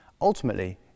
Ultimately